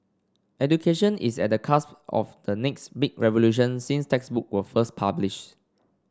education is at cusp of the next big revolution since textbook were first published